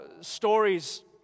stories